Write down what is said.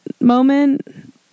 moment